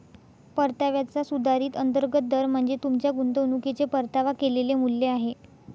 परताव्याचा सुधारित अंतर्गत दर म्हणजे तुमच्या गुंतवणुकीचे परतावा केलेले मूल्य आहे